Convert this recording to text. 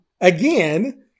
again